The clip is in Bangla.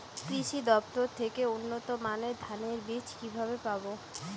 কৃষি দফতর থেকে উন্নত মানের ধানের বীজ কিভাবে পাব?